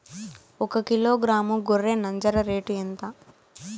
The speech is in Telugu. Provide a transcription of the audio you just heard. ఒకకిలో గ్రాము గొర్రె నంజర రేటు ఎంత?